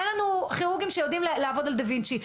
אין לנו כירורגים שיודעים לעבוד על דה וינצ'י.